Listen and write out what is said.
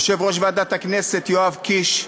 יושב-ראש ועדת הכנסת יואב קיש,